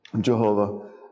Jehovah